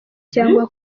cyangwa